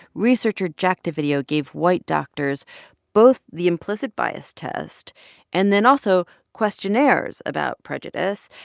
researcher jack dovidio gave white doctors both the implicit bias test and then also questionnaires about prejudice.